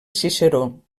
ciceró